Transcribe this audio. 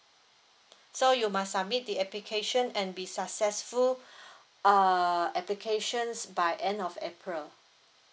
so you must submit the application and be successful uh applications by end of april